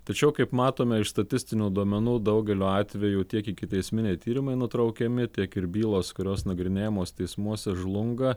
tačiau kaip matome iš statistinių duomenų daugeliu atvejų tiek ikiteisminiai tyrimai nutraukiami tiek ir bylos kurios nagrinėjamos teismuose žlunga